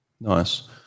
Nice